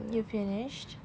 you finished